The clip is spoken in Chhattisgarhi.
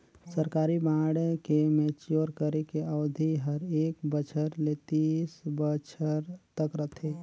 सरकारी बांड के मैच्योर करे के अबधि हर एक बछर ले तीस बछर तक रथे